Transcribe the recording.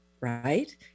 right